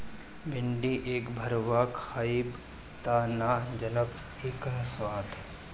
भिन्डी एक भरवा खइब तब न जनबअ इकर स्वाद